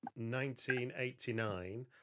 1989